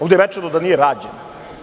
Ovde je rečeno da nije rađeno.